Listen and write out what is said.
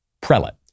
prelate